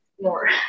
more